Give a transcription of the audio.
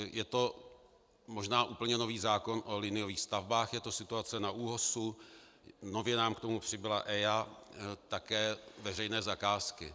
Je to možná úplně nový zákon o liniových stavbách, je to situace na ÚOHS, nově nám k tomu přibyla EIA, také veřejné zakázky.